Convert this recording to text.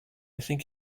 think